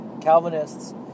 Calvinists